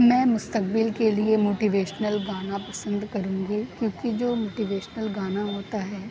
میں مستقبل کے لیے موٹیویشنل گانا پسند کروں گی کیوں کہ جو موٹیویشنل گانا ہوتا ہے